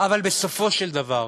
אבל בסופו של דבר,